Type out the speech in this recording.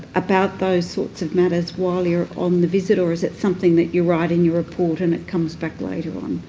about those sorts of matters while you're on the visit, or is it something that you write in your report and it comes back later on?